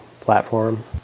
platform